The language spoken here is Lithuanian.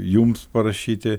jums parašyti